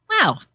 wow